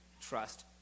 trust